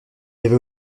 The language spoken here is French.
avait